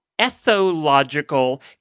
ethological